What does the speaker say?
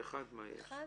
מה יש ב-(1)?